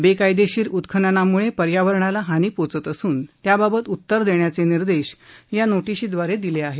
बेकायदेशीर उत्खननामुळे पर्यावरणाला हानी पोचत असून त्याबाबत उत्तर देण्याचे निर्देश या नोटिशीद्वारे दिले आहेत